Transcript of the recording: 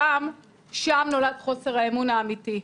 שם נולד חוסר האמון האמיתי.